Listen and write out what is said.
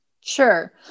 Sure